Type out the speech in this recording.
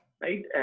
right